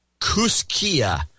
Kuskia